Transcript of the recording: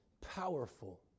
powerful